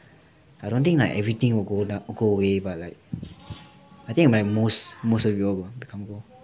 I don't think like everything will go down go away but like I think like most most of y'all would become